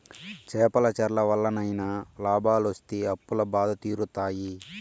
చేపల చెర్ల వల్లనైనా లాభాలొస్తి అప్పుల బాధలు తీరుతాయి